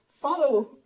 follow